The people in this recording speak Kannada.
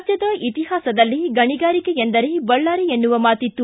ರಾಜ್ಞದ ಇತಿಹಾಸದಲ್ಲೇ ಗಣಿಗಾರಿಕೆ ಎಂದರೆ ಬಳ್ಳಾರಿ ಎನ್ನುವ ಮಾತಿತ್ತು